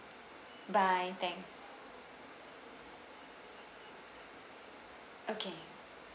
bye thanks okay